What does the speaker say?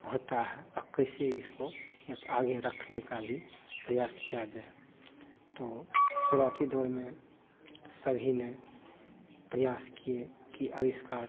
होता है और किसी इसको आगे रखने का भी प्रयास किया जाए तो शुरुआती दौर में सभी ने प्रयास किए कि अविष्कार